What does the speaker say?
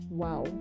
wow